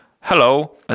hello